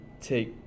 take